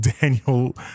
daniel